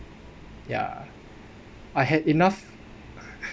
ya I had enough